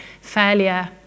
failure